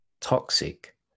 toxic